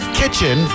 kitchen